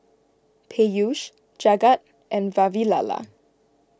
Peyush Jagat and Vavilala